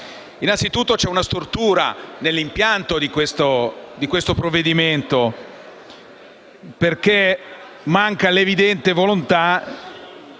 Innanzitutto, c'è una stortura nell'impianto di questo provvedimento, perché vi è l'evidente mancanza